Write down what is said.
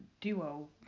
duo